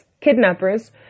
kidnappers